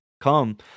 Come